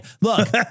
Look